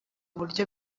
buryo